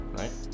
right